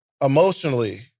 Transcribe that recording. emotionally